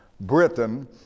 Britain